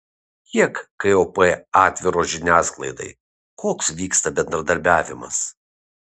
kiek kop atviros žiniasklaidai koks vyksta bendradarbiavimas